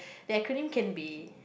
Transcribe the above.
the acronym can be